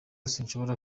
sinshobora